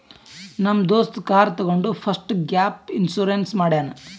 ನಮ್ ದೋಸ್ತ ಕಾರ್ ತಗೊಂಡ್ ಫಸ್ಟ್ ಗ್ಯಾಪ್ ಇನ್ಸೂರೆನ್ಸ್ ಮಾಡ್ಯಾನ್